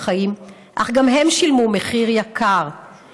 בחיים אך גם הם שילמו מחיר יקר,